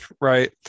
right